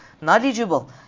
knowledgeable